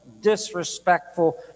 disrespectful